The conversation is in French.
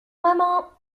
maman